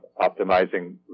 optimizing